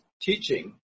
teaching